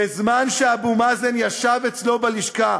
בזמן שאבו מאזן ישב אצלו בלשכה,